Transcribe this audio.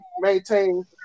maintain